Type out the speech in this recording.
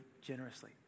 generously